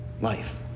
life